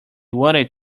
wanted